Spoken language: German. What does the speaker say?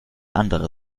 andere